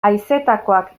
haizetakoak